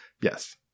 Yes